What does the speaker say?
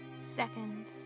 Seconds